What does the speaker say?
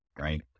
right